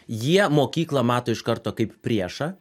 jie mokyklą mato iš karto kaip priešą